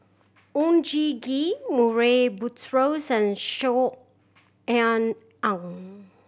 Oon Jin Gee Murray Buttrose and Saw Ean Ang